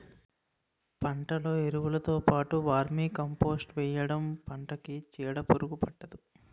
పంటలో ఎరువులుతో పాటు వర్మీకంపోస్ట్ వేయడంతో పంటకి చీడపురుగు పట్టదు